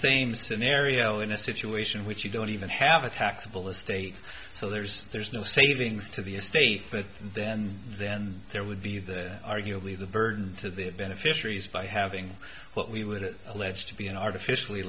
same scenario in a situation which you don't even have a taxable estate so there's there's no savings to the estate but then then there would be the arguably the burden to the beneficiaries by having what we would it alleged to be an artificially